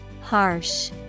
Harsh